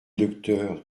docteur